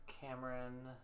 Cameron